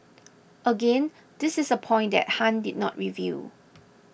again this is a point that Han did not reveal